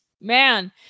man